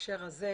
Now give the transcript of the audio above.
בהקשר הזה,